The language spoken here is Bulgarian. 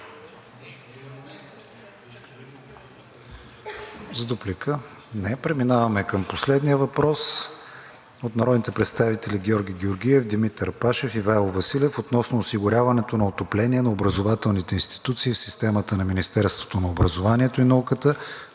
За дуплика? Не. Преминаваме към последния въпрос от народните представители Георги Георгиев, Димитър Пашев и Ивайло Василев относно осигуряването на отопление на образователните институции в системата на Министерството на образованието и науката,